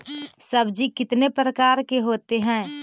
सब्जी कितने प्रकार के होते है?